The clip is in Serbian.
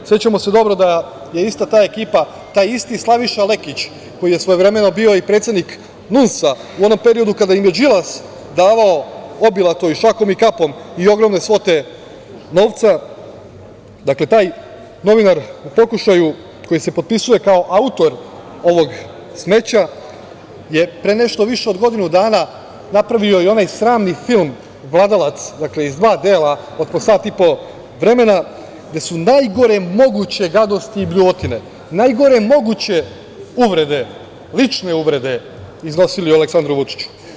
Sećamo se dobro da je ta ista ekipa, taj isti Slaviša Lekić koji je svojevremeno bio i predsednik NUNS-a, u onom periodu kada im je Đilas davao obilato, i šakom i kapom, i ogromne svote novca, dakle, taj novinar u pokušaju koji se potpisuje kao autor ovog smeća je pre nešto više od godinu dana napravio i onaj sramni film „Vladalac“ iz dva dela, dakle od po sat i po vremena, gde su najgore moguće gadosti i bljuvotine, najgore moguće uvrede, lične uvrede iznosili o Aleksandru Vučiću.